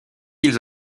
ils